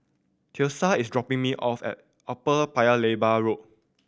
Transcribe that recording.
Tiesha is dropping me off at Upper Paya Lebar Road